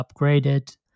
upgraded